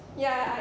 ya I